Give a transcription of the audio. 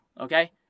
okay